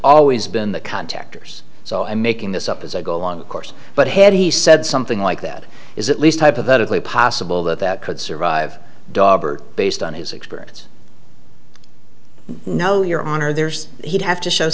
always been the contactors so i'm making this up as i go along the course but had he said something like that is at least hypothetically possible that that could survive dawber based on his experience no your honor there's he'd have to show